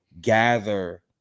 gather